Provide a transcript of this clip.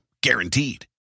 guaranteed